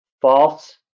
false